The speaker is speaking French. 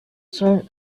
sols